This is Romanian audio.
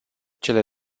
cele